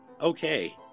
Okay